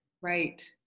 Right